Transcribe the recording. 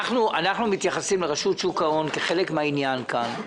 אנחנו מתייחסים לרשות שוק ההון כחלק מן העניין כאן,